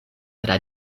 tra